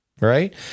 Right